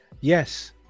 Yes